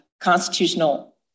constitutional